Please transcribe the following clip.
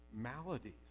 maladies